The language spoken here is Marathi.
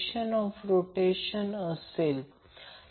म्हणून ते काढून टाकल्यावर करंट I काय आहे ते शोधा